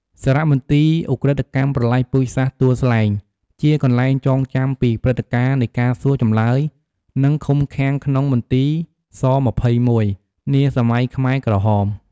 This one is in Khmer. សារមន្ទីរឧក្រិដ្ឋកម្មប្រល័យពូជសាសន៍ទួលស្លែង ជាកន្លែងចងចាំពីព្រឹត្តការណ៍នៃការសួរចម្លើយ និងឃុំឃាំងក្នុងមន្ទីរ ស-២១ នាសម័យខ្មែរក្រហម។